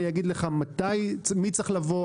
אני אגיד לך מי צריך לבוא,